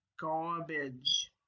garbage